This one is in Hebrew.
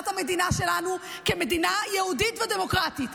המדינה שלנו כמדינה יהודית ודמוקרטית.